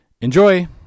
Enjoy